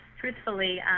truthfully